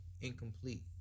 incomplete